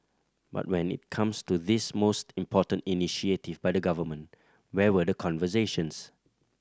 but when it comes to this most important initiative by the Government where were the conversations